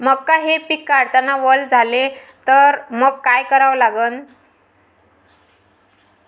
मका हे पिक काढतांना वल झाले तर मंग काय करावं लागन?